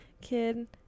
kid